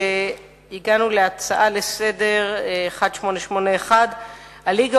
הגענו להצעה לסדר-היום מס' 1881: ה"ליגה"